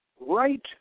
right